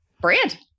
brand